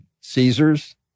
Caesar's